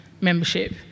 membership